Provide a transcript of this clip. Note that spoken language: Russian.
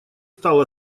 стал